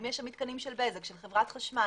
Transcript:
האם יש שם מתקנים של בזק, של חברת חשמל?